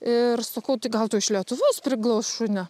ir sakau tai gal tu iš lietuvos priglausk šunį